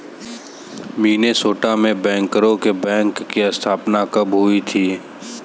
Minnesota में बैंकरों के बैंक की स्थापना कब हुई थी?